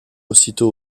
aussitôt